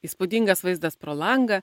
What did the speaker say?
įspūdingas vaizdas pro langą